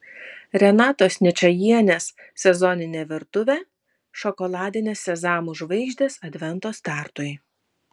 renatos ničajienės sezoninė virtuvė šokoladinės sezamų žvaigždės advento startui